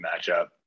matchup